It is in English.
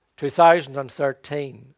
2013